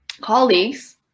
Colleagues